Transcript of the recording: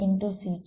C છે